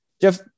Jeff